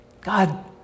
God